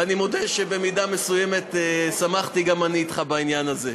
ואני מודה שבמידה מסוימת שמחתי גם אני אתך בעניין הזה.